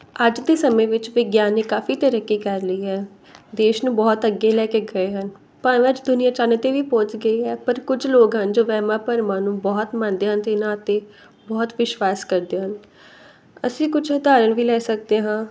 ਅੱਜ ਦੇ ਸਮੇਂ ਵਿੱਚ ਵਿਗਿਆਨ ਨੇ ਕਾਫ਼ੀ ਤਰੱਕੀ ਕਰ ਲਈ ਹੈ ਦੇਸ਼ ਨੂੰ ਬਹੁਤ ਅੱਗੇ ਲੈ ਕੇ ਗਏ ਹਨ ਭਾਵੇਂ ਅੱਜ ਦੁਨੀਆਂ ਚੰਨ 'ਤੇ ਵੀ ਪਹੁੰਚ ਗਈ ਹੈ ਪਰ ਕੁਝ ਲੋਕ ਹਨ ਜੋ ਵਹਿਮਾਂ ਭਰਮਾਂ ਨੂੰ ਬਹੁਤ ਮੰਨਦੇ ਹਨ ਅਤੇ ਇਹਨਾਂ ਉੱਤੇ ਬਹੁਤ ਵਿਸ਼ਵਾਸ ਕਰਦੇ ਹਨ ਅਸੀਂ ਕੁਛ ਉਦਾਹਰਣ ਵੀ ਲੈ ਸਕਦੇ ਹਾਂ